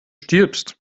stirbst